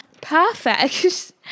perfect